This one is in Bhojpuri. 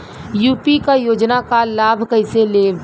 यू.पी क योजना क लाभ कइसे लेब?